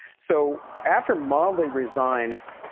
so after molly resigns,